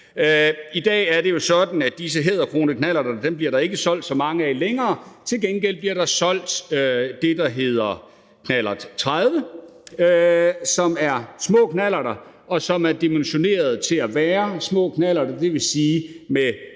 I dag er det jo sådan, at disse hæderkronede knallerter bliver der ikke solgt så mange af længere. Til gengæld bliver der solgt det, der hedder knallert 30, som er små knallerter, og som er dimensioneret til at være små knallerter, dvs. med